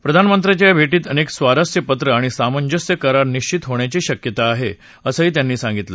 प्रधानमंत्र्यांच्या या भेटीत अनेक स्वारस्य पत्र आणि सामंजस्य करार निश्वित होण्याची शक्यता आहे असं त्यांनी सांगितलं